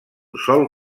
sol